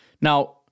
Now